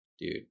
dude